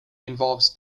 involves